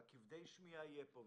וכבדי השמיעה יהיה פה.